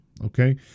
Okay